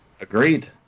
agreed